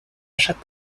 chaque